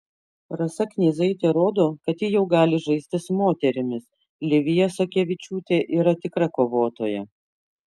rasa knyzaitė rodo kad ji jau gali žaisti su moterimis livija sakevičiūtė yra tikra kovotoja